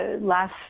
last